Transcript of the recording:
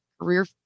career